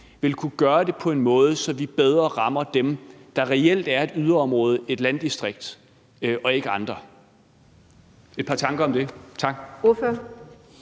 vil kunne gøre det på en måde, så vi bedre tilgodeser dem, der reelt bor i et yderområde, i et landdistrikt, og ikke andre? Tak. Kl.